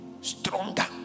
stronger